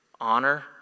honor